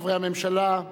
חברי הממשלה,